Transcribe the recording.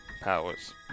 powers